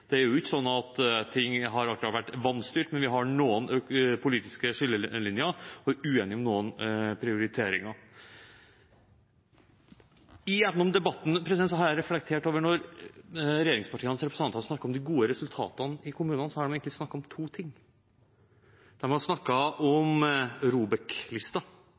Det er jo ikke slik at ting har vært vanstyrt, men vi har noen politiske skillelinjer og er uenige om noen prioriteringer. Gjennom debatten har jeg reflektert over at når regjeringspartienes representanter snakker om de gode resultatene i kommunene, så har de egentlig snakket om to ting. De har snakket om